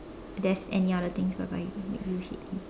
there's any other things whereby that make you hate him